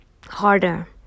harder